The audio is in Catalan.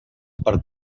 per